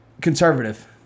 conservative